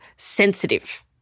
sensitive